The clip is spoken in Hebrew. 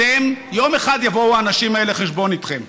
אתם, יום אחד יבואו האנשים האלה חשבון איתכם.